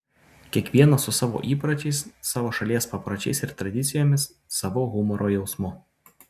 kiekvienas su savo įpročiais savo šalies papročiais ir tradicijomis savu humoro jausmu